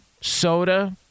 soda